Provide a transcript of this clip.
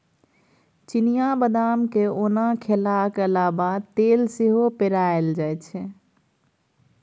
चिनियाँ बदाम केँ ओना खेलाक अलाबा तेल सेहो पेराएल जाइ छै